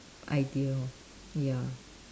idea lor ya